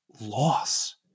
loss